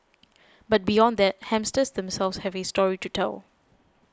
but beyond that hamsters themselves have a story to tell